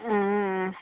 ಹಾಂ ಹಾಂ